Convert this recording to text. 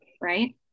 Right